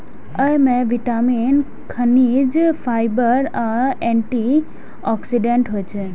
अय मे विटामिन, खनिज, फाइबर आ एंटी ऑक्सीडेंट होइ छै